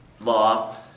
law